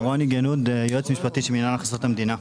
רוני גנוד, יועץ משפטי של מנהל הכנסות המדינה.